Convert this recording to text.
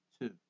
two